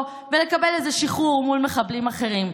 ולקבל איזה שחרור מול מחבלים אחרים.